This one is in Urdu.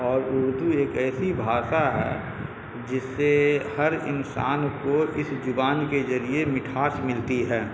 اور اردو ایک ایسی بھاشا ہے جس سے ہر انسان کو اس زبان کے ذریعے مٹھاس ملتی ہے